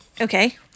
Okay